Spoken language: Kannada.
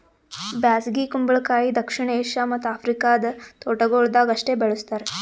ಬ್ಯಾಸಗಿ ಕುಂಬಳಕಾಯಿ ದಕ್ಷಿಣ ಏಷ್ಯಾ ಮತ್ತ್ ಆಫ್ರಿಕಾದ ತೋಟಗೊಳ್ದಾಗ್ ಅಷ್ಟೆ ಬೆಳುಸ್ತಾರ್